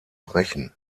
brechen